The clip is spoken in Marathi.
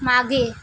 मागे